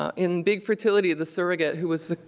ah in big fertility, the surrogate who was,